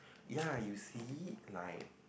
ya you see like